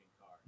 car